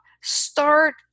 start